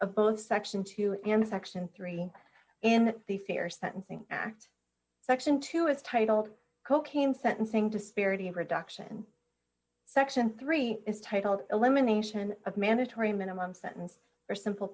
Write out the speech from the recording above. of both section two and section three in the beefier sentencing act section two is titled cocaine sentencing disparity and reduction section three is titled elimination of mandatory minimum sentence for simple